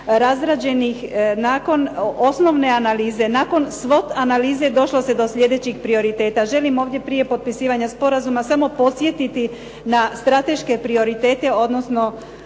razrađenih, nakon osnovne analize, nakon …/Govornica se ne razumije./… analize došlo se do slijedećih prioriteta. Želim ovdje prije potpisivanja sporazuma samo podsjetiti na strateške prioritete, odnosno